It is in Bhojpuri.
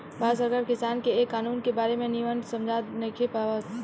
भारत सरकार किसान के ए कानून के बारे मे निमन से समझा नइखे पावत